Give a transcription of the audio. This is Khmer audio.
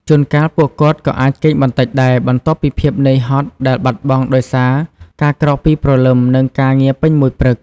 ជួនកាល ពួកគាត់ក៏អាចគេងបន្តិចដែរ បន្ទាប់ពីភាពនឿយហត់ដែលបាត់បង់ដោយសារការក្រោកពីព្រលឹម និងការងារពេញមួយព្រឹក។